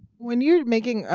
when you're making,